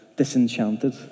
Disenchanted